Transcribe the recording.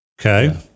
Okay